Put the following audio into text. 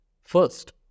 first